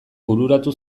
bururatu